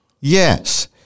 yes